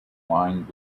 lined